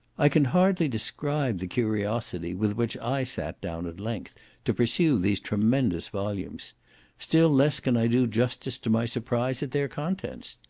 i can hardly describe the curiosity with which i sat down at length to pursue these tremendous volumes still less can i do justice to my surprise at their contents.